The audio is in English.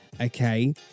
okay